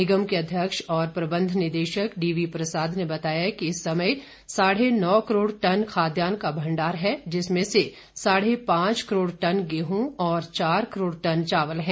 निगम के अध्यक्ष और प्रबंध निदेशक डीवी प्रसाद ने बताया कि इस समय साढ़े नौ करोड़ टन खाद्यान्न का भंडार है जिसमें से साढ़े पांच करोड़ टन गेहूं और चार करोड़ टन चावल है